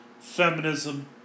feminism